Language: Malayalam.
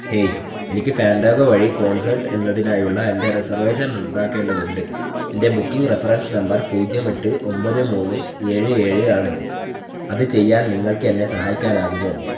ഹേയ് എനിക്ക് ഫാൻഡാഗോ വഴി കോൺസെർട്ട് എന്നതിനായുള്ള എന്റെ റിസർവേഷൻ റദ്ദാക്കേണ്ടതുണ്ട് എന്റെ ബുക്കിംഗ് റഫറൻസ് നമ്പർ പൂജ്യം എട്ട് ഒമ്പത് മൂന്ന് ഏഴ് ഏഴ് ആണ് അത് ചെയ്യാൻ നിങ്ങൾക്ക് എന്നെ സഹായിക്കാനാകുമോ